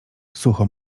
sucho